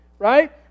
Right